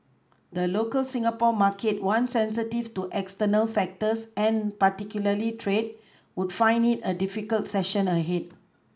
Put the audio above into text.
the local Singapore market one sensitive to external factors and particularly trade would find it a difficult session ahead